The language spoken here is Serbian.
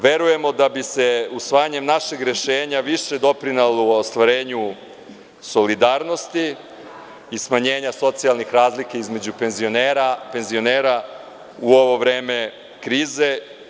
Verujemo da bi se usvajanjem našeg rešenja više doprinelo u ostvarenju solidarnosti i smanjenja socijalnih razlika između penzionera u ovo vreme krize.